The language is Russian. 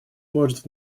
может